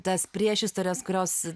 tas priešistores kurios